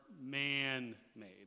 man-made